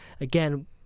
again